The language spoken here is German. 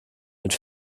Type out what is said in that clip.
mit